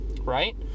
Right